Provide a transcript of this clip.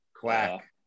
Quack